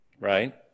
right